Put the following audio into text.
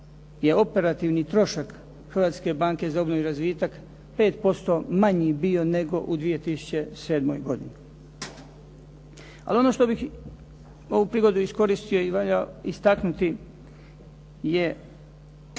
je operativni trošak Hrvatske banke za obnovu i razvitak 5% manji bio nego u 2007. godini. Ali ono što bih, ovu prigodu iskoristio i valja istaknuti je